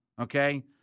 okay